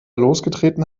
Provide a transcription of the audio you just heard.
losgetreten